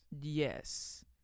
Yes